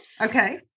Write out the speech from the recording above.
Okay